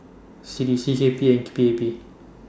C D C K P E and P A P